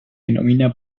denomina